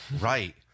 right